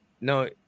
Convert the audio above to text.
No